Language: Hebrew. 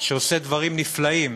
שעושה דברים נפלאים